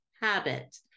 habit